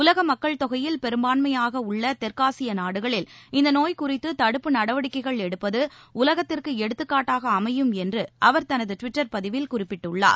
உலக மக்கள் தொகையில் பெரும்பான்மையாக உள்ள தெற்காசிய நாடுகளில் இந்த நோய் குறித்து தடுப்பு நடவடிக்கைகள் எடுப்பது உலகத்திற்கு எடுத்துக்காட்டாக அமையும் என்று அவர் தனது ட்விட்டர் பதிவில் குறிப்பிட்டுள்ளார்